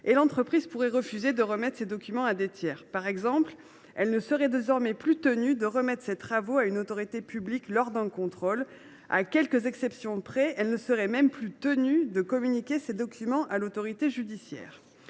et l’entreprise pourrait refuser de remettre ces documents à des tiers. Par exemple, elle ne serait désormais plus tenue de présenter ces travaux à une autorité publique lors d’un contrôle. À quelques exceptions près, elle ne serait même plus contrainte de les communiquer à l’autorité judiciaire.